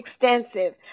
extensive